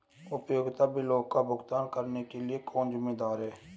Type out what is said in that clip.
उपयोगिता बिलों का भुगतान करने के लिए कौन जिम्मेदार है?